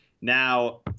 Now